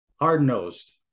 Hard-nosed